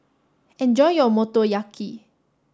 enjoy your Motoyaki